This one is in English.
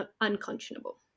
unconscionable